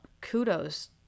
Kudos